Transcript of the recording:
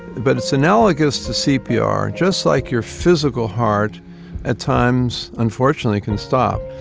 but it's analogous to cpr. just like your physical heart at times unfortunately can stop,